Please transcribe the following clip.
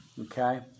okay